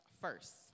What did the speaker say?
first